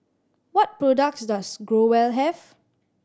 what products does Growell have